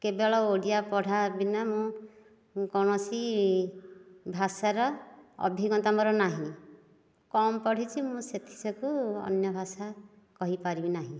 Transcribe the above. କେବଳ ଓଡିଆ ପଢ଼ା ବିନା ମୁଁ କୌଣସି ଭାଷାର ଅଭିଜ୍ଞତା ମୋର ନାହିଁ କମ୍ ପଢ଼ିଛି ମୁଁ ସେଥିଯୋଗୁଁ ଅନ୍ୟ ଭାଷା କହିପାରିବି ନାହିଁ